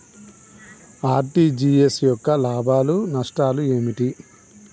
RTGS యొక్క లాభాలు నష్టాలు ఏమిటి?